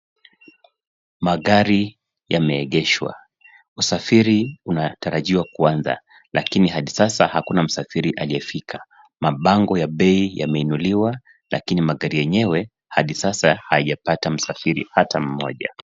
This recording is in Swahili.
Magari yameegeshwa usafiri unatarajiwa kuanza lakini hadi sasa hakuna msafiri aliyefika. Mabango ya bei yameinuliwa lakini magari yenyewe hadi sasa hayajapata msafiri hata mmoja.